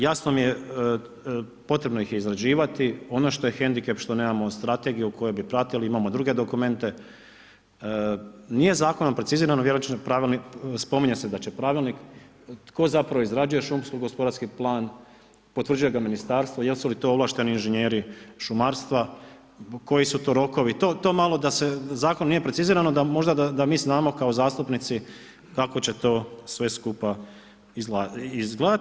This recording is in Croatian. Jasno mi je, potrebno ih je izrađivati, ono što je hendikep, što nemamo strategiju u kojoj bi pratili, imamo druge dokumente, nije zakonom precizirano, spominje se da će pravilnik, tko zapravo izrađuje šumsko gospodarski plan, potvrđuje ga ministarstvo, jesu li to ovlašteni inženjeri, šumarstva, koji su to rokovi, to malo da se, zakon nije precizirano, da možda mi znamo kao zastupnici, kako će to sve skupa izgledati.